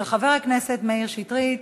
של חבר הכנסת מאיר שטרית.